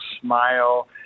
smile